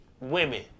Women